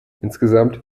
insgesamt